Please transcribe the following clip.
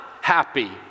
happy